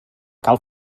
cal